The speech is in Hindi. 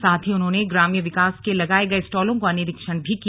साथ ही उन्होंने ग्राम्य विकास के लगाये गये स्टॉलों का निरीक्षण भी किया